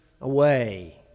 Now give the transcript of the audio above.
away